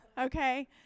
Okay